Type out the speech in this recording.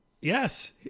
Yes